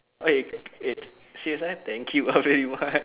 okay it serious ah thank you ah very much